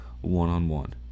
one-on-one